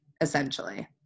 essentially